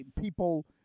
people